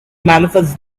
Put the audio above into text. manifest